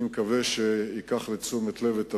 אני מקווה שהוא ייקח לתשומת לבו את הדברים,